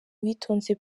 uwitonze